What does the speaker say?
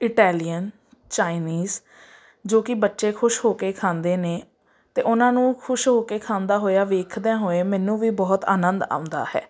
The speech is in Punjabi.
ਇਟੈਲੀਅਨ ਚਾਈਨੀਜ਼ ਜੋ ਕਿ ਬੱਚੇ ਖੁਸ਼ ਹੋ ਕੇ ਖਾਂਦੇ ਨੇ ਅਤੇ ਉਹਨਾਂ ਨੂੰ ਖੁਸ਼ ਹੋ ਕੇ ਖਾਂਦਾ ਹੋਇਆ ਦੇਖਦਿਆਂ ਹੋਏ ਮੈਨੂੰ ਵੀ ਬਹੁਤ ਆਨੰਦ ਆਉਂਦਾ ਹੈ